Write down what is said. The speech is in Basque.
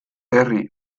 herri